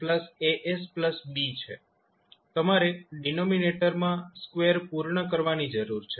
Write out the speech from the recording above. તમારે ડિનોમિનેટરમાં સ્કવેર પૂર્ણ કરવાની જરૂર છે